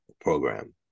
program